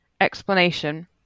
explanation